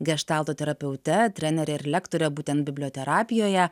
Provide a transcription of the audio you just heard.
geštalto terapeute trenere ir lektore būtent biblioterapijoje